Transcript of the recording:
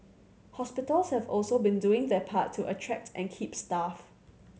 hospitals have also been doing their part to attract and keep staff